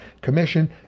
commission